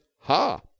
ha